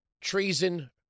treason